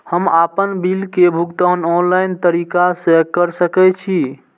हम आपन बिल के भुगतान ऑनलाइन तरीका से कर सके छी?